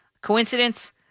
Coincidence